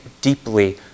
deeply